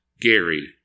Gary